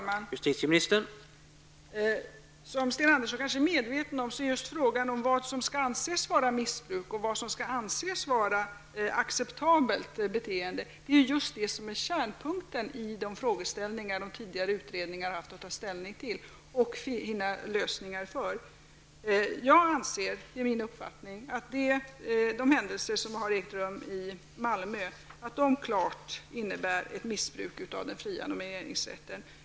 Herr talman! Som Sten Andersson i Malmö kanske är medveten om är just frågan om vad som skall anses vara missbruk och vad som skall anses vara acceptabelt beteende kärnpunkten i de frågeställningar som tidigare utredningar har haft att ta ställning till och finna lösningar för. Det är min uppfattning att de händelser som har ägt rum i Malmö klart innebär ett missbruk av den fria nomineringsrätten.